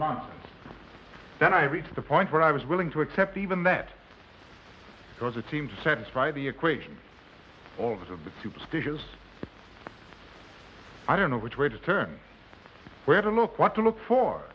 months then i reached the point where i was willing to accept even that because it seemed to satisfy the equation all of the superstitious i don't know which way to turn where to look what to look for